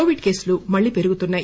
Covid కేసులు మల్లీ పెరుగుతున్నాయి